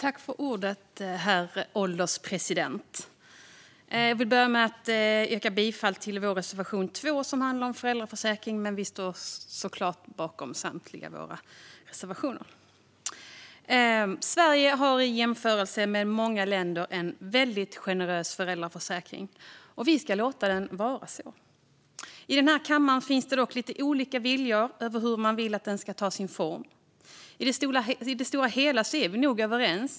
Herr ålderspresident! Jag vill börja med att yrka bifall till reservation 2, som handlar om föräldraförsäkringen. Vi står dock såklart bakom samtliga våra reservationer. Sverige har i jämförelse med många länder en väldigt generös föräldraförsäkring, och vi ska låta den vara så. I den här kammaren finns det dock lite olika viljor när det gäller hur den ska ta sin form. I det stora hela är vi nog överens.